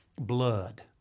blood